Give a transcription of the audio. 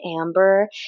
Amber